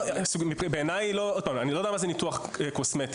אני לא יודע מה זה ניתוח קוסמטי,